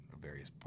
various